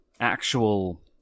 actual